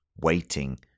waiting